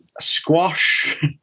squash